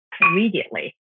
immediately